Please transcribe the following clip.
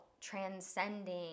transcending